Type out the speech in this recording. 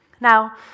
Now